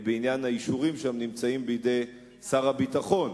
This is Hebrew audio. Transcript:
בעניין היישובים שם הן בידי שר הביטחון.